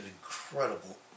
incredible